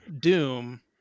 Doom